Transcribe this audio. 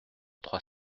trois